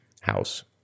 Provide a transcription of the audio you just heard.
house